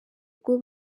ubwo